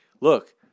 Look